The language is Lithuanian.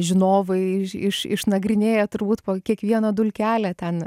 žinovai iš išnagrinėję turbūt po kiekvieną dulkelę ten